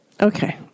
Okay